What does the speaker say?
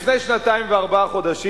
לפני שנתיים וארבעה חודשים,